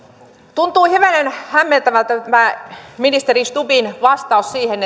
tuntuu hivenen hämmentävältä tämä ministeri stubbin vastaus siihen